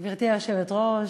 גברתי היושבת-ראש,